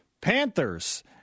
Panthers